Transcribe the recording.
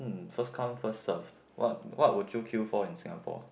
first come first serve what what would you queue for in Singapore